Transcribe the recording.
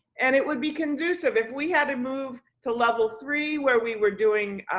and it would be conducive if we had to move to level three where we were doing